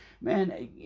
man